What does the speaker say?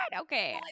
Okay